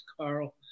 Carl